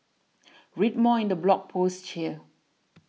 read more in the blog post here